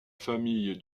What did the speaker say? famille